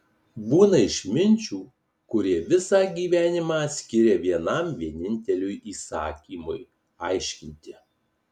būna išminčių kurie visą gyvenimą skiria vienam vieninteliam įsakymui aiškinti